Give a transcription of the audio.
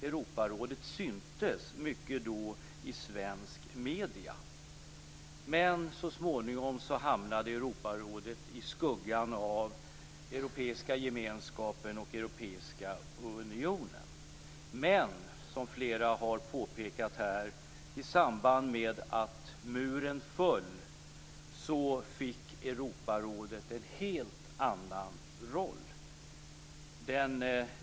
Europarådet syntes mycket då i svenska medier. Men så småningom hamnade Europarådet i skuggan av Europeiska gemenskapen och Europeiska unionen. Men, som flera här har påpekat, i samband med att muren föll fick Europarådet en helt annan roll.